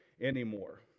anymore